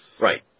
Right